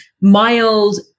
mild